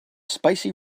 spicy